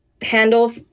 handle